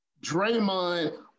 Draymond